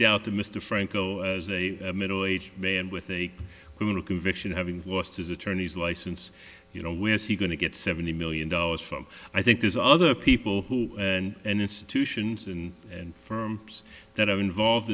doubt the mr franco as a middle aged man with a criminal conviction having lost his attorneys license you know where's he going to get seventy million dollars from i think there's other people who and and institutions and and firms that are involved